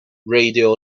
radio